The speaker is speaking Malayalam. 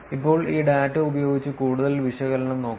ഇപ്പോൾ ഈ ഡാറ്റ ഉപയോഗിച്ച് കൂടുതൽ വിശകലനം നോക്കാം